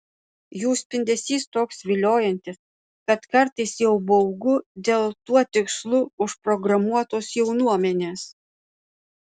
jų spindesys toks viliojantis kad kartais jau baugu dėl tuo tikslu užprogramuotos jaunuomenės